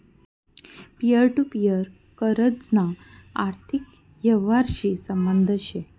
peer to peer कर्जना आर्थिक यवहारशी संबंध शे